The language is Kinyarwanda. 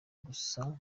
gusa